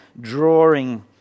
drawing